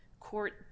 court